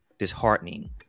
disheartening